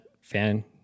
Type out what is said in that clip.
fan